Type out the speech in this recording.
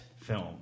film